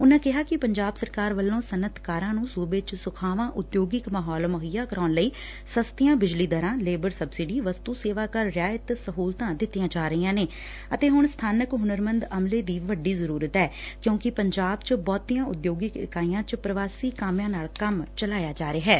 ਉਨੂਾਂ ਕਿਹਾ ਕਿ ਪੰਜਾਬ ਸਰਕਾਰ ਵੱਲੋਂ ਸਨੱਅਤਕਾਰਾਂ ਨੂੰ ਸੂਬੇ ਚ ਸੁਖਾਵਾਂ ਉਦਯੋਗਿਕ ਮਾਹੌਲ ਮੁਹੱਈਆ ਕਰਾਉਣ ਲਈ ਸਸਤੀਆਂ ਬਿਜਲੀ ਦਰਾ ਲੇਬਰ ਸਬਸਿਡੀ ਵਸਤੂ ਸੇਵਾ ਕਰ ਰਿਆਇਤ ਸਹੂਲਤਾ ਦਿੱਤੀਆ ਜਾ ਰਹੀਆ ਨੇ ਅਤੇ ਹੁਣ ਸਬਾਨਕ ਹੁਨਰੰੰਦ ਅਮਲੇ ਦੀ ਵੱਡੀ ਜ਼ਰੁਰਤ ਐ ਕਿਉਂਕਿ ਪੰਜਾਬ ਚ ਬਹੁਤੀਆਂ ਉਦਯੋਗਿਕ ਇਕਾਈਆਂ ਚ ਪ੍ਰਵਾਸੀ ਕਾਮਿਆਂ ਨਾਲ ਕੰਮ ਚਲਾਇਆ ਜਾ ਰਿਹੈ